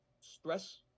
stress